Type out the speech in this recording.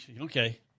Okay